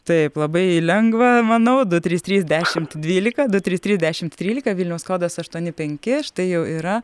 taip labai lengva manau du trys trys dešimt dvylika du trys trys dešimt trylika vilniaus kodas aštuoni penki štai jau yra